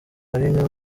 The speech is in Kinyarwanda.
marines